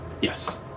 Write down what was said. Yes